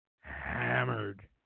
hammered